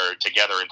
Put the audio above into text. together